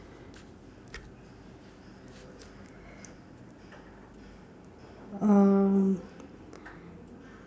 um